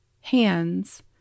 hands